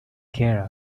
care